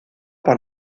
par